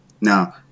Now